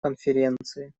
конференции